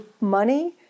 money